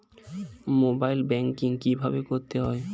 Mobile banking কীভাবে করতে হয়?